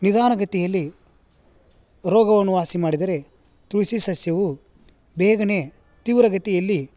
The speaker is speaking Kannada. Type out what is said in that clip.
ನಿಧಾನಗತಿಯಲ್ಲಿ ರೋಗವನ್ನು ವಾಸಿ ಮಾಡಿದರೆ ತುಳಸಿ ಸಸ್ಯವು ಬೇಗನೆ ತೀವ್ರಗತಿಯಲ್ಲಿ